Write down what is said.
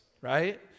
right